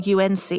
UNC